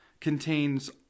contains